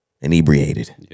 inebriated